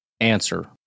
answer